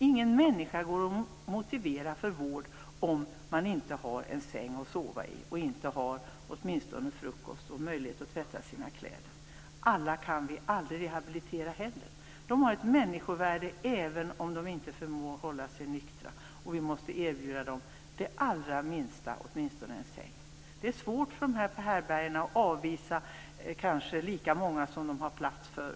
Ingen människa går att motivera för vård om man inte har en säng att sova i och inte har åtminstone frukost och en möjlighet att tvätta sina kläder. Vi kommer aldrig att kunna rehabilitera alla. Men människor har ett människovärde även om de inte förmår hålla sig nyktra. Vi måste erbjuda dessa människor det allra minsta, åtminstone en säng. Det är svårt för dem på härbärgena att på vintern kanske avvisa lika många som de har plats för.